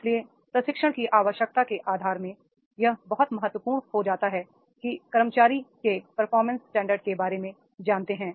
इसलिए प्रशिक्षण की आवश्यकता के आधार में यह बहुत महत्वपूर्ण हो जाता है कि कर्मचारी वे परफॉर्मेंस स्टैंडर्ड के बारे में जानते हैं